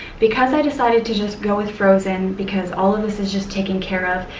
because i decided to just go with frozen, because all of this is just taken care of,